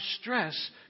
stress